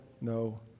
no